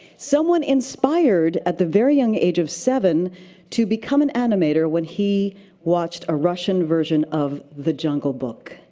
someone inspired at the very young age of seven to become an animator when he watched a russian version of the jungle book.